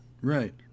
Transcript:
Right